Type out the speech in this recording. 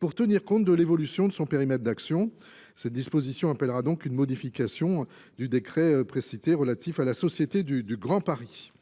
pour tenir compte de l'évolution de son périmètre d'action. Cette disposition appellera donc une modification du décret précité relatif à la Société du Grand Paris.